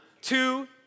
two